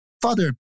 Father